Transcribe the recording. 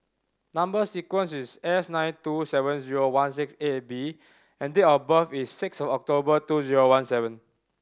number sequence is S nine two seven zero one six eight B and date of birth is six October two zero one seven